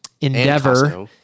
Endeavor